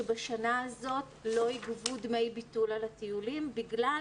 שבשנה הזו לא יבוצעו דמי ביטול על הטיולים בגלל